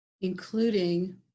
including